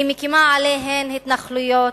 היא מקימה עליהן התנחלויות,